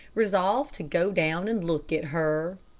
resolved to go down and look at her.